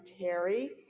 Terry